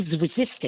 resistance